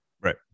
right